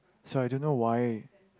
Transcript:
so I don't know why